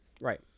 Right